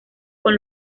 con